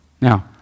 Now